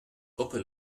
open